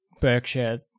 Berkshire